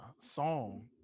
song